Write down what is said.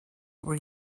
were